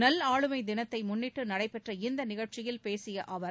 நல்ஆளுமை தினத்தை முன்னிட்டு நடைபெற்ற இந்த நிகழ்ச்சியில் பேசிய அவர்